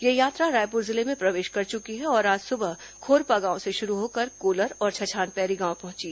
यह यात्रा रायपुर जिले में प्रवेश कर चुकी है और आज सुबह खोरपा गांव से शुरू होकर कोलर और छैछानपैरी गांव पहुंची